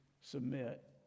submit